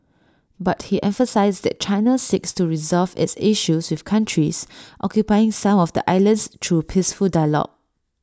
but he emphasised that China seeks to resolve its issues with countries occupying some of the islands through peaceful dialogue